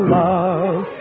love